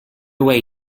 way